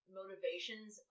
motivations